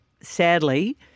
sadly